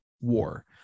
war